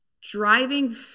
driving